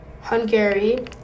Hungary